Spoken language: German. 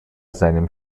seinem